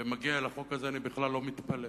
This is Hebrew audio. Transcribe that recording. ומגיע אל החוק הזה, אני בכלל לא מתפלא.